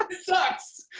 sucks!